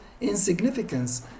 insignificance